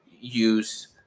use